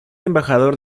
embajador